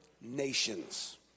nations